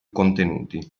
contenuti